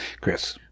Chris